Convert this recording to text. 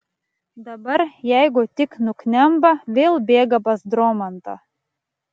dabar jeigu tik nuknemba vėl bėga pas dromantą